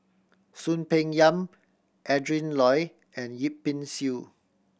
Soon Peng Yam Adrin Loi and Yip Pin Xiu